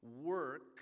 work